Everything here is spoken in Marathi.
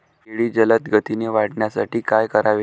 केळी जलदगतीने वाढण्यासाठी काय करावे?